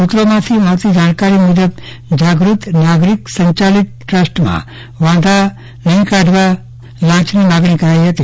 સુત્રોમાંથી મળતી જાણકારી મુજબ જાગૃત નાગરીક સંચાલીત ટ્રસ્ટમાં વાંધાનહીં કરવા લાંચની માંગણી કરાઈ હતી